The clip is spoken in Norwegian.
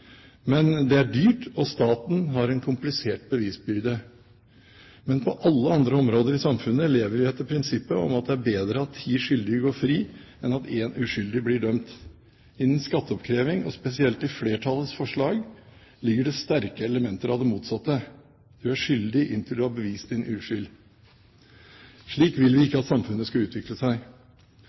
dyrt, og staten har en komplisert bevisbyrde. Men på alle andre områder i samfunnet lever vi etter prinsippet om at det er bedre at ti skyldige går fri enn at én uskyldig blir dømt. Innen skatteoppkreving – og spesielt i flertallets forslag – ligger det sterke elementer av det motsatte. Du er skyldig inntil du har bevist din uskyld. Slik vil vi ikke at samfunnet skal utvikle seg!